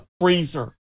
freezer